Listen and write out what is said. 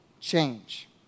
Change